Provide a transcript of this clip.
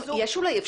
שאפשר